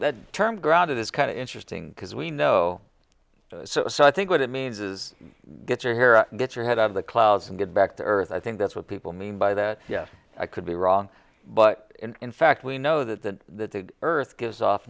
that term grounded is kind of interesting because we know so so i think what it means is get your hair out get your head out of the clouds and get back to earth i think that's what people mean by that yes i could be wrong but in fact we know that the earth gives off